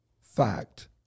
fact